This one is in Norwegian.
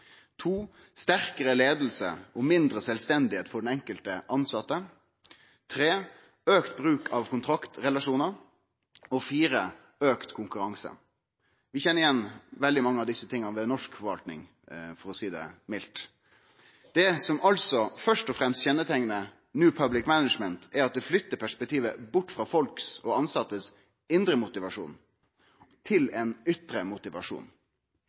Sterkare leiing og mindre sjølvstende for den enkelte tilsette. Auka bruk av kontraktsrelasjonar. Auka konkurranse. Vi kjenner igjen veldig mange av desse tinga ved norsk forvalting, for å seie det mildt. Det som altså først og fremst kjenneteiknar New Public Management, er at det flytter perspektivet bort frå den indre motivasjonen til folk og tilsette til ein ytre motivasjon.